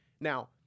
Now